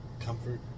comfort